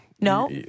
no